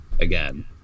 again